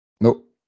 Nope